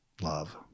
love